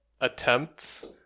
attempts